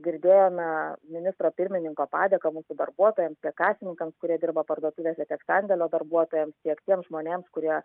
girdėjome ministro pirmininko padėką mūsų darbuotojams kasininkams kurie dirba parduotuvėse tiek sandėlio darbuotojams tiek tiems žmonėms kurie